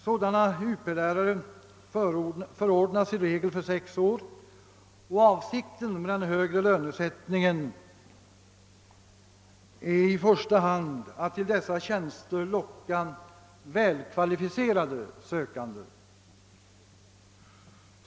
Sådana Up-lärare förordnas i regel för sex år, och avsikten med (den högre lönesättningen är i första hand att till dessa tjänster locka väl kvalificerade sökande.